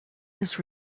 his